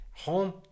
Home